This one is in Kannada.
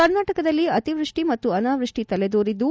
ಕರ್ನಾಟಕದಲ್ಲಿ ಅತಿವೃಷ್ಟಿ ಮತ್ತು ಅನಾವೃಷ್ಟಿ ತಲೆದೋರಿದ್ದು